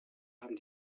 haben